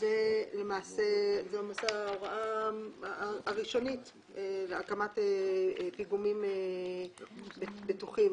זה למעשה ההוראה הראשונית להקמת פיגומים בטוחים,